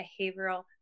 behavioral